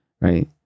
right